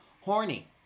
Horny